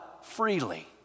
freely